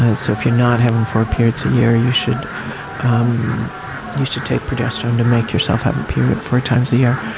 so if you're not having four periods a year, you should um you should take progesterone to make yourself have a period four times a year.